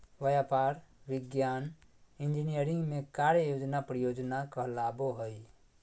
व्यापार, विज्ञान, इंजीनियरिंग में कार्य योजना परियोजना कहलाबो हइ